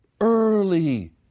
early